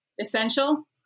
Essential